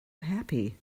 happy